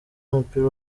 w’umupira